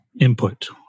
input